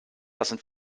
lassen